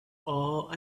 all